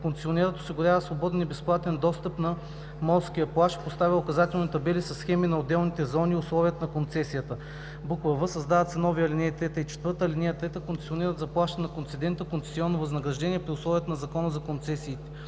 Концесионерът осигурява свободен и безплатен достъп на морския плаж и поставя указателни табели със схеми на отделните зони и условията на концесията.“; в) създават се нови алинеи 3 и 4: „(3) Концесионерът заплаща на концедента концесионно възнаграждение при условията на Закона за концесиите.